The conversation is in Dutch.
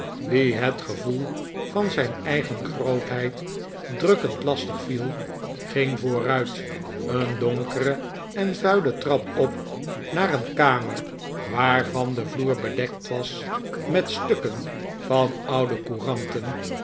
wien het gevoel van zijn eigen grootheid drukkend lastig viel ging vooruit een donkere en vuile trap op naar een kamer waarvan de vloer bedekt was met stukken van oude couranten